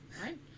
right